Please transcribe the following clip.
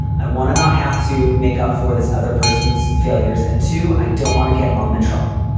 i want to not have to make up for this other person's failures and to i don't want to get mom in trouble,